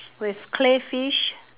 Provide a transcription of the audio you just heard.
with crayfish